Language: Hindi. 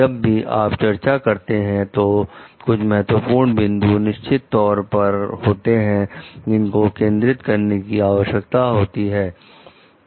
जब भी आप चर्चा करते हैं तो कुछ महत्वपूर्ण बिंदु निश्चित तौर पर होते हैं जिनको केंद्रित करने की आवश्यकता होती है